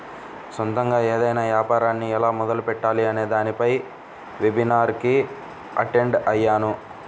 సొంతగా ఏదైనా యాపారాన్ని ఎలా మొదలుపెట్టాలి అనే దానిపై వెబినార్ కి అటెండ్ అయ్యాను